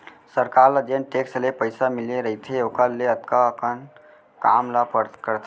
सरकार ल जेन टेक्स ले पइसा मिले रइथे ओकर ले अतका अकन काम ला करथे